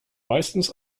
meistens